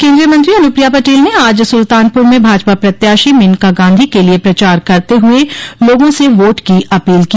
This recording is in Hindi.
केन्द्रीय मंत्री अनुप्रिया पटेल ने आज सुल्तानपुर में भाजपा प्रत्याशी मेनका गांधी के लिये प्रचार करते हुए लोगों से वोट की अपील की